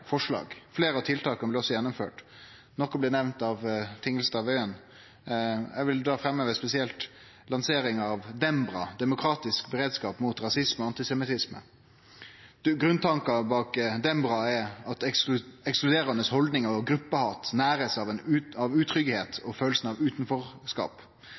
forslag. Fleire av tiltaka blei også gjennomførte. Nokre blei nemnde av Tingelstad Wøien. Eg vil spesielt framheve lanseringa av Dembra, Demokratisk beredskap mot rasisme og antisemittisme. Grunntanken bak Dembra er at ekskluderande haldningar og gruppehat blir nærte av utryggleik og følelsen av